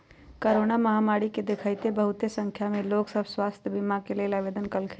corona महामारी के देखइते बहुते संख्या में लोग सभ स्वास्थ्य बीमा के लेल आवेदन कलखिन्ह